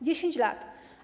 10 lat.